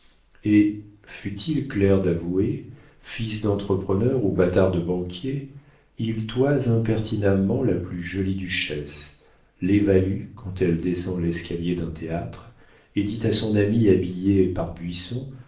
et fût-il clerc d'avoué fils d'entrepreneur ou bâtard de banquier il toise impertinemment la plus jolie duchesse l'évalue quand elle descend l'escalier d'un théâtre et dit à son ami habillé par buisson